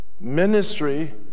Ministry